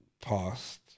past